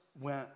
went